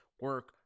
Work